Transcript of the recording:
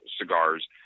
Cigars –